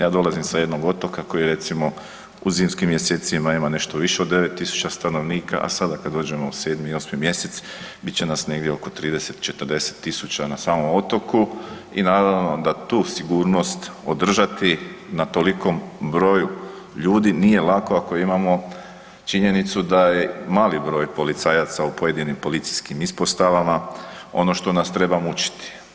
Ja dolazim sa jednog otoka koji recimo u zimskim mjesecima ima nešto više od 9 stanovnika, a sada kada dođemo u 7. i 8. mjesec bit će nas negdje oko 30, 40 tisuća na samom otoku i naravno da tu sigurnost održati na tolikom broju ljudi nije lako ako imamo činjenicu da je mali broj policajaca u pojedinim policijskim ispostavama ono što nas treba mučiti.